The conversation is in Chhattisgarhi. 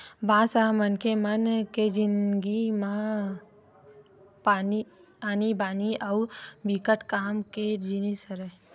बांस ह मनखे मन के जिनगी म आनी बानी अउ बिकट काम के जिनिस हरय